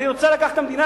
אני רוצה לקחת את המדינה,